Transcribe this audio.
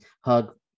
hug